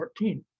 14